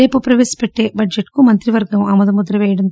రేపు ప్రవేశపెట్లే బడ్జెట్ కు మంత్రివర్గం ఆమోద ముద్ర వేస్తుంది